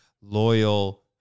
loyal